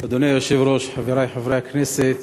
אדוני היושב-ראש, חברי חברי הכנסת,